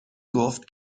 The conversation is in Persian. گفت